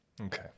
Okay